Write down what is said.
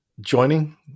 joining